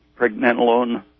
pregnenolone